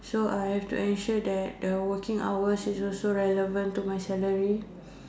so I have to ensure that the working hours is also relevant to my salary